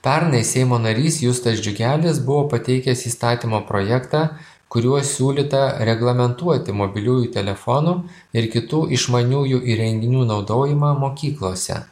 pernai seimo narys justas džiugelis buvo pateikęs įstatymo projektą kuriuo siūlyta reglamentuoti mobiliųjų telefonų ir kitų išmaniųjų įrenginių naudojimą mokyklose